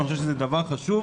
ואני חושב שזה דבר חשוב,